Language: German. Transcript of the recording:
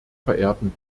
verehrten